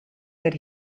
that